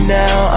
now